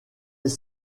les